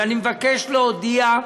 אבל אני מבקש להודיע,